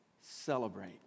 celebrate